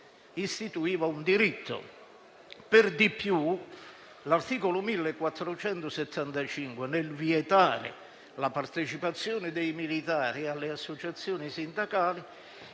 istituiva un diritto. Per di più, l'articolo 1475, nel vietare la partecipazione dei militari alle associazioni sindacali,